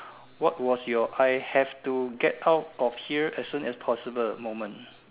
what was your I have to get out of here as soon as possible moment